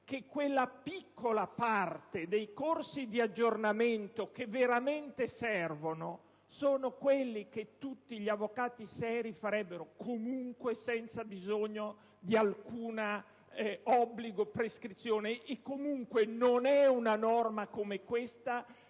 che quella piccola parte dei corsi di aggiornamento che veramente serve è quella che tutti gli avvocati seri farebbero senza bisogno di alcun obbligo o prescrizione. Inoltre, non è una norma come questa